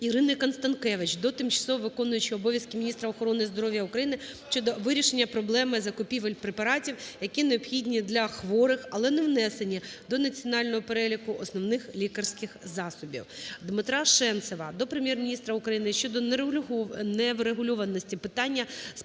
ІриниКонстанкевич до тимчасово виконуючої обов'язки міністра охорони здоров'я України щодо вирішення проблеми закупівель препаратів, які необхідні для хворих, але не внесені до Національного переліку основних лікарських засобів. ДмитраШенцева до Прем'єр-міністра України щодо неврегульованості питання списання